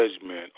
judgment